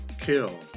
Kill